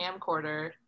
camcorder